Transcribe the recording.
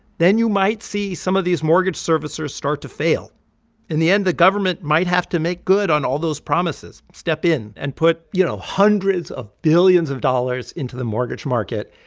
then you might see some of these mortgage servicers start to fail in the end, the government might have to make good on all those promises, step in and put, you know, hundreds of billions of dollars into the mortgage market.